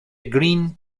green